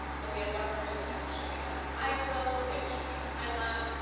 so we had one person that was shooting on an iphone, they were shooting a time-lapse.